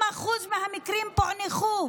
רק 2% מהמקרים פוענחו.